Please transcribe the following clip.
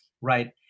Right